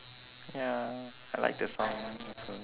ya I like the song also